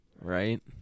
Right